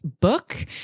book